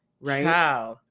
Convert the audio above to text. Right